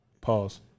Pause